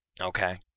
Okay